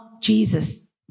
Jesus